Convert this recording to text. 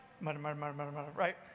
right